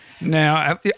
Now